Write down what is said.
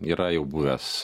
yra jau buvęs